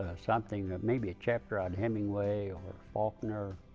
something, maybe a chapter of hemingway or faulkner,